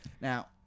Now